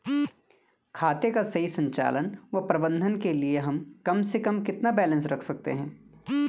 खाते का सही संचालन व प्रबंधन के लिए हम कम से कम कितना बैलेंस रख सकते हैं?